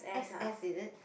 x_s is it